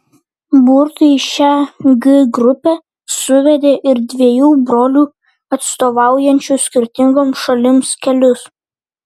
burtai į šią g grupę suvedė ir dviejų brolių atstovaujančių skirtingoms šalims kelius